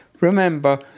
Remember